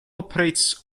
operates